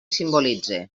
simbolitze